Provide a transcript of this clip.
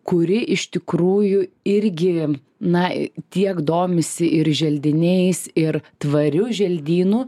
kuri iš tikrųjų irgi na tiek domisi ir želdiniais ir tvariu želdynu